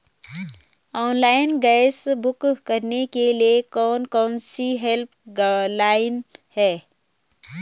Online gas book करने के लिए कौन कौनसी हेल्पलाइन हैं?